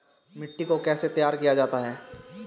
मिट्टी को कैसे तैयार किया जाता है?